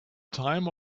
time